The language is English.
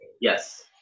Yes